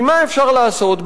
מה אפשר לעשות,